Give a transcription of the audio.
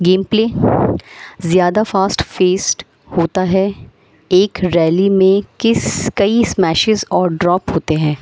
game play زیادہ fast فیسٹ ہوتا ہے ایک ریلی میں کس کئی اسمیشز اور ڈراپ ہوتے ہیں